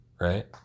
Right